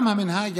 ההסבר היה